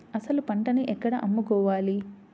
అసలు పంటను ఎక్కడ అమ్ముకోవాలి?